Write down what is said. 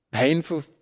painful